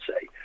say